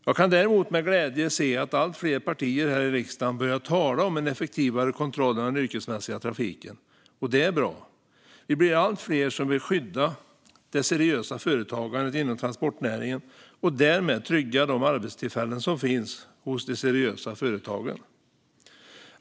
Jag kan däremot med glädje se att allt fler partier här i riksdagen börjar tala om en effektivare kontroll av den yrkesmässiga trafiken, och det är bra. Vi blir allt fler som vill skydda det seriösa företagandet inom transportnäringen och därmed trygga de arbetstillfällen som finns hos de seriösa företagen.